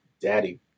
Daddy